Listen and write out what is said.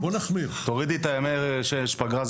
הכי טוב שתורידי את הימים שיש פגרה.